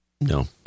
No